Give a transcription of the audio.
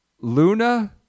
Luna